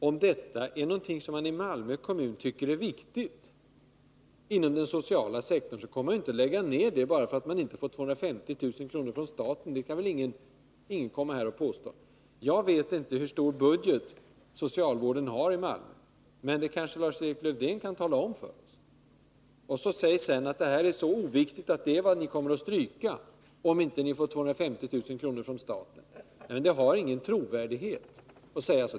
Om detta är något som man i Malmö kommun tycker är viktigt inom den sociala sektorn, kommer man ju inte att lägga ner det bara för att man inte fått 250 000 kr. från staten. Det kan väl ingen komma och påstå. Jag vet inte hur stor budget socialvården har i Malmö, men det kanske Lars-Erik Lövdén kan tala om för oss. Det har ingen trovärdighet när ni kommer och säger att den här 147 verksamheten är så oviktig för er att ni kommer att slopa den om ni inte får 250 000 kr. från staten.